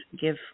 give